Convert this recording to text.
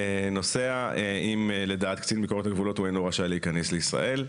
נוסע אם לדעתו הוא אינו רשאי להיכנס לישראל.